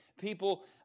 people